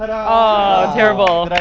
ah. terrible i